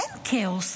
אין כאוס,